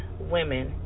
women